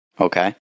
Okay